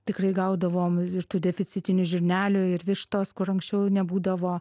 tikrai gaudavom ir tų deficitinių žirnelių ir vištos kur anksčiau nebūdavo